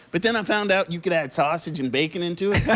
but then i found out you could add sausage an bacon into it.